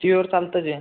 T व्हीवर चालतंच जे